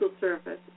Service